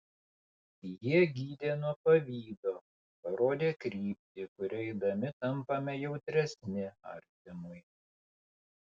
jie gydė nuo pavydo parodė kryptį kuria eidami tampame jautresni artimui